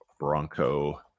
bronco